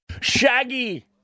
Shaggy